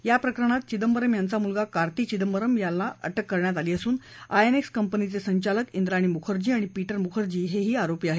या प्रकरणात चिदंबरम यांचा मुलगा कार्ती चिदंबरम यांना अटक करण्यात आली असून आयएनएक्स कंपनीचे संचालक द्वाणी मुखर्जी आणि पीटर मुखर्जी हे ही आरोपी आहेत